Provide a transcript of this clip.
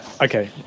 okay